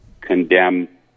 condemn